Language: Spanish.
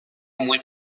muy